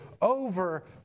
over